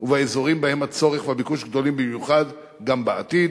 ובאזורים שבהם הצורך והביקוש גדולים במיוחד גם בעתיד.